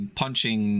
punching